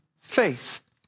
faith